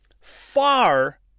far